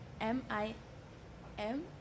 m-i-m